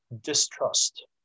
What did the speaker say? distrust